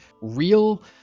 real